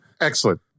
Excellent